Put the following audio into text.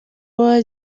uwa